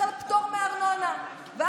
הם מקבלים פטור מארנונה לשלוש שנים,